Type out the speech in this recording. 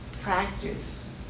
practice